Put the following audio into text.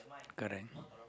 correct